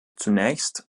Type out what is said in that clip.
zunächst